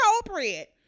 appropriate